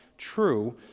true